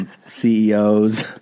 CEOs